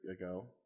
ago